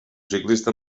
ciclista